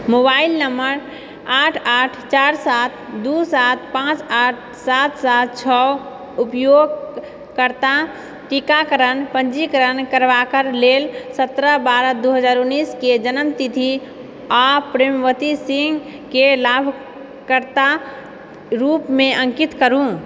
mobile number आठ आठ चार सात दू सात पांँच आठ सात सात छओ उपयोग करता टीकाकरण पञ्जीकरण करबाकर लेल सत्रह बारह दू हजार उन्नैसके जनमतिथि आ प्रेमवती सिंहके लाभ करता रूपमे अङ्कित करू